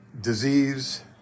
disease